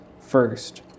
first